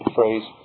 phrase